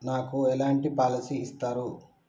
నాకు ఎలాంటి పాలసీ ఇస్తారు?